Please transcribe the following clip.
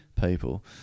people